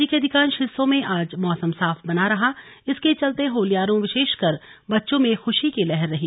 राज्य के अधिकांश हिस्सों में आज मौसम साफ बना रहा इसके चलते होल्यारों विशेषकर बच्चों में खुशी की लहर रही